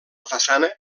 façana